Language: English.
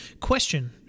question